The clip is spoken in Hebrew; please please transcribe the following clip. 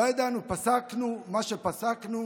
לא ידענו, פסקנו מה שפסקנו